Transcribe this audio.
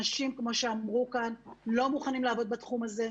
אנשים, כמו שאמרו כאן, לא מוכנים לעבוד בתחום הזה.